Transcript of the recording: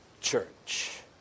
church